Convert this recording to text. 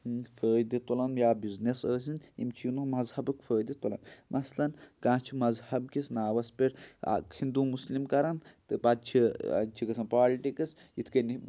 فٲیِدٕ تُلان یا بِزنٮ۪س ٲسِنۍ یِم چھِ ییٚمیُک مذہَبُک فٲیِدٕ تُلان مثلاً کانٛہہ چھُ مذہبکِس ناوَس پٮ۪ٹھ اَکھ ہِندوٗ مُسلِم کَران تہٕ پَتہٕ چھِ اَتہِ چھِ گژھان پالٹِکٕس یِتھ کٔنہِ